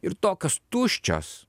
ir tokios tuščios